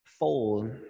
fold